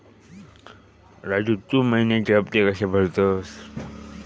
राजू, तू महिन्याचे हफ्ते कशे भरतंस?